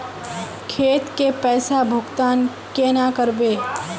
खेत के पैसा भुगतान केना करबे?